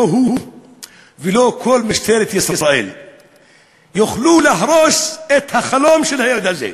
לא הוא ולא כל משטרת ישראל יוכלו להרוס את החלום של הילד הזה,